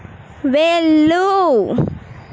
వెళ్ళు